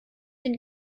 den